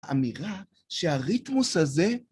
אמירה שהריתמוס הזה